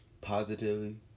positively